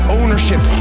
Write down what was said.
ownership